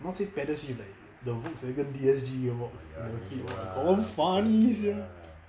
not say pedal ship eh the volkswagen D_S_G gear box confirm funny sia